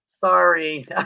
sorry